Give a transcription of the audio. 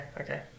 okay